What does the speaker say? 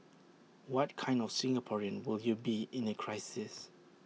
what kind of Singaporean will you be in A crisis